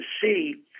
see